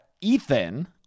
Ethan